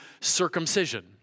circumcision